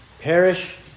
perish